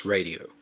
Radio